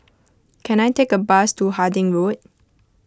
can I take a bus to Harding Road